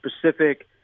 specific